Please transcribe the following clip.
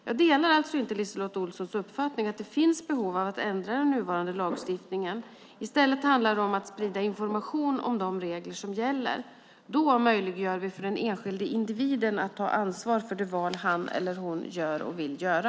Jag delar alltså inte LiseLotte Olssons uppfattning att det finns behov av att ändra den nuvarande lagstiftningen. I stället handlar det om att sprida information om de regler som gäller. Då möjliggör vi för den enskilde individen att ta ansvar för de val som han eller hon gör och vill göra.